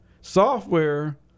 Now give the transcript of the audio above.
Software